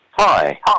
Hi